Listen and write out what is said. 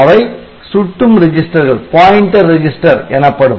அவை சுட்டும் ரெஜிஸ்டர்கள் எனப்படும்